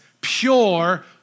pure